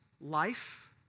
life